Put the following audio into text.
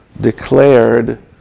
declared